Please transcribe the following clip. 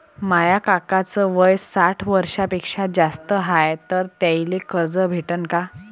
माया काकाच वय साठ वर्षांपेक्षा जास्त हाय तर त्याइले कर्ज भेटन का?